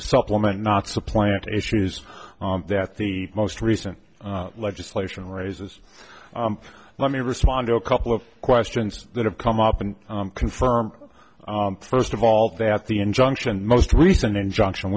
supplement not supplant issues that the most recent legislation raises let me respond to a couple of questions that have come up and confirm first of all that the injunction most recent injunction